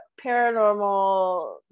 paranormal